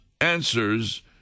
answers